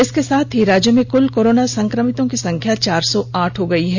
इसके साथ ही राज्य में कूल कोरोना संक्रमितों की संख्या चार सौ आठ हो गई है